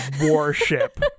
warship